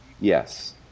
Yes